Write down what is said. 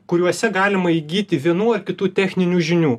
kuriuose galima įgyti vienų ar kitų techninių žinių